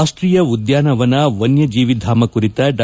ರಾಷ್ಟೀಯ ಉದ್ಯಾನವನ ವನ್ಯಜೀವಿಧಾಮ ಕುರಿತ ಡಾ